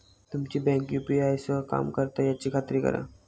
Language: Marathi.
तुमची बँक यू.पी.आय सह काम करता याची खात्री करा